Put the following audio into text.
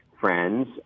friends